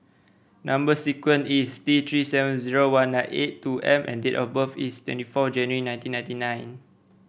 number sequence is T Three seven zero one nine eight two M and date of birth is twenty four January nineteen ninety nine